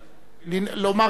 לומר את דבריו.